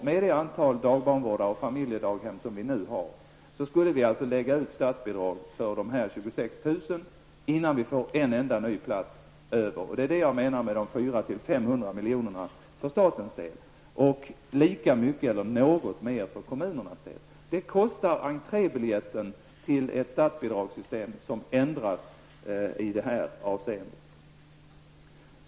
Med det antal dagbarnvårdare och familjedaghem som nu finns, skulle det alltså betalas ut statbidrag för dessa 26 000 barn innan det blir en enda ny plats över. Det är detta som jag avser med de 400--500 milj.kr. för statens del och lika mycket eller något mer för kommunernas del. Så mycket kostar entrébiljetten till att förändra statsbidragssystemet i detta avseende.